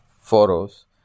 photos